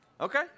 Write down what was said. Okay